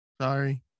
Sorry